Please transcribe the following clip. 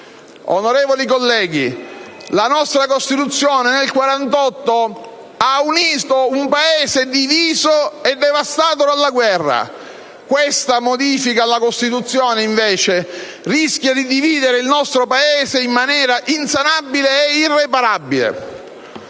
Onorevoli colleghi, la nostra Costituzione nel 1948 ha unito un Paese diviso e devastato dalla guerra. Questa sua modifica, invece, rischia di dividere il nostro Paese in maniera insanabile ed irreparabile.